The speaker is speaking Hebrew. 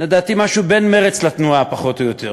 לדעתי משהו בין מרצ לתנועה, פחות או יותר,